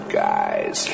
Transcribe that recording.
guys